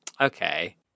okay